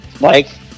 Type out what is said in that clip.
Mike